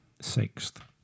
sixth